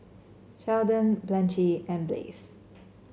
Sheldon Blanchie and Blaise